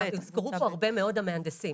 הוזכרו פה הרבה מאוד המהנדסים.